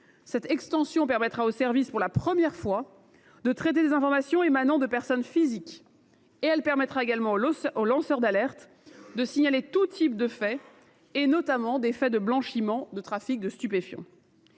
Cette extension permettra, pour la première fois, à ce service de traiter des informations émanant de personnes physiques. Elle permettra aux lanceurs d’alerte de signaler tout type de faits, notamment des faits de blanchiment de trafic de stupéfiants.